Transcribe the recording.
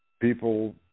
people